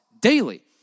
daily